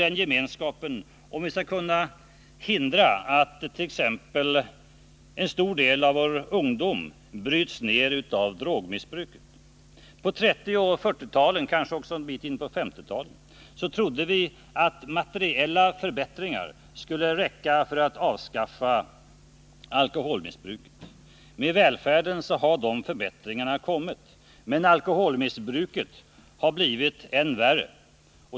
den gemenskapen om vi skall kunna hindra att en stor del av vår ungdom bryts ned av drogmissbruk. På 1930-, 1940 och kanske också en bit in på 1950-talet trodde vi att materiella förbättringar skulle räcka för att avskaffa alkoholmissbruket. Med välfärden har dessa förbättringar kommit, men alkoholmissbruket har blivit än värre.